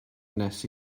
nes